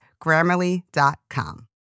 Grammarly.com